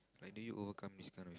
like do you overcome this kind of